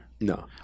no